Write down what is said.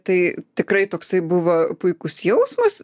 tai tikrai toksai buvo puikus jausmas